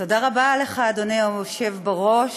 תודה רבה לך, אדוני היושב בראש.